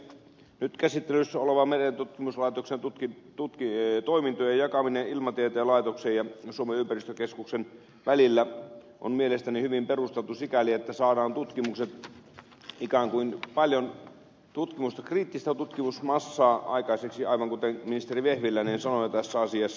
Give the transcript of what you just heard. nyt käsittelyssä oleva merentutkimuslaitoksen toimintojen jakaminen ilmatieteen laitoksen ja suomen ympäristökeskuksen välillä on mielestäni hyvin perusteltu sikäli että saadaan ikään kuin paljon tutkimusta kriittistä tutkimusmassaa aikaiseksi aivan kuten ministeri vehviläinen sanoi tässä asiassa